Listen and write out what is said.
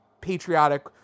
patriotic